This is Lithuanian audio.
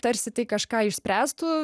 tarsi tai kažką išspręstų